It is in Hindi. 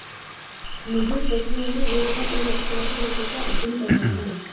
मुझे पशुओं में रोगों और लक्षणों के विषय का अध्ययन करना है